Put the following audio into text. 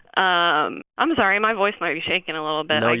um i'm sorry. my voice might be shaking a little bit no,